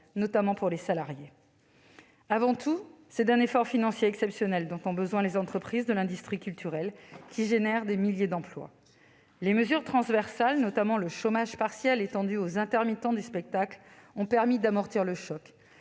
notamment pour les salariés. Avant tout, c'est d'un effort financier exceptionnel qu'ont besoin les entreprises de l'industrie culturelle, qui génèrent des milliers d'emplois. Les mesures transversales, notamment le chômage partiel étendu aux intermittents du spectacle, ont permis d'amortir le choc.